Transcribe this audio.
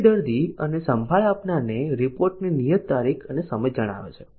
તે દર્દી અને સંભાળ આપનારને રિપોર્ટની નિયત તારીખ અને સમય જણાવે છે